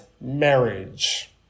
marriage